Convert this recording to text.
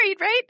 right